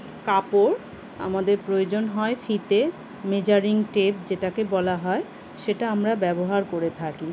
কাপড় আমাদের প্রয়োজন হয় ফিতে মেজারিং টেপ যেটাকে বলা হয় সেটা আমরা ব্যবহার করে থাকি